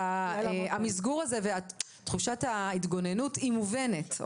המסגור הזה ותחושת ההתגוננות - היא מובנת.